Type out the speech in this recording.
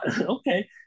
okay